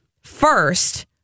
First